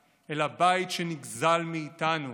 אל הבית שנגזל מאיתנו.